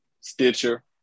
Stitcher